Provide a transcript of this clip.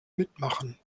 mitmachen